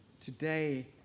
today